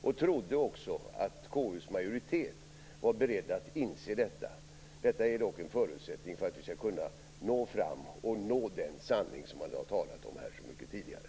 Vi trodde att KU:s majoritet var beredd att inse detta. Detta är dock en förutsättning för att vi skall kunna nå fram till den sanning vi har talat så mycket om tidigare.